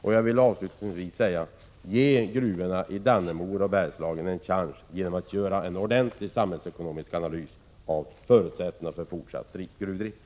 Avslutningsvis vill jag säga: Ge gruvorna i Dannemora och Bergslagen en chans genom att göra en ordentlig samhällsekonomisk analys av förutsättningarna för fortsatt gruvdrift.